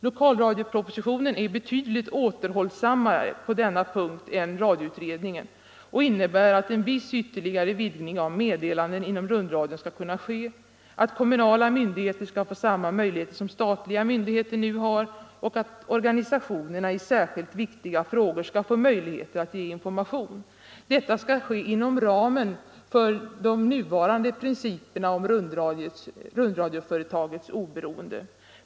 Lokalradiopropositionen är betydligt återhållsammare på denna punkt än radioutredningen och innebär att en viss ytterligare vidgning av meddelanden inom rundradion skall kunna ske, att kommunala myndigheter skall få samma möjligheter som statliga myndigheter nu har och att organisationerna i särskilt viktiga frågor skall få tillfälle att ge information. Detta skall ske inom ramen för de nuvarande principerna om rundradioföretagets oberoende.